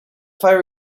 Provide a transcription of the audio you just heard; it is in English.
fire